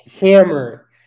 hammer